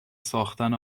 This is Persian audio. ساختن